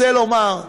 רוצה לומר,